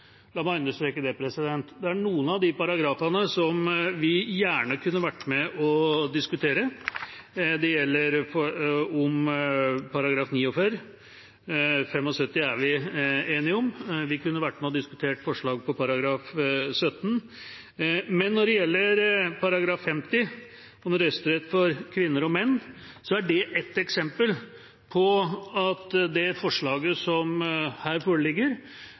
La meg understreke det. Noen av de paragrafene kunne vi gjerne vært med på å diskutere. Det gjelder § 49. Vi er enige om § 75. Vi kunne vært med og diskutert § 17. Men når det gjelder § 50, om stemmerett for kvinner og menn, så er det et eksempel på at det forslaget som her foreligger,